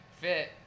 fit